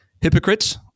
Hypocrites